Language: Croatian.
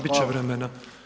Bit će vremena.